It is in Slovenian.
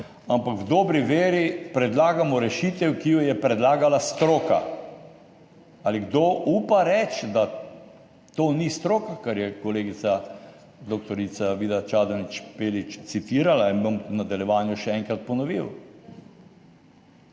ampak v dobri veri predlagamo rešitev, ki jo je predlagala stroka. Ali kdo upa reči, da ni stroka to, kar je kolegica dr. Vida Čadonič Špelič citirala in bom v nadaljevanju še enkrat ponovil?